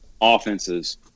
offenses